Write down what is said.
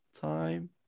time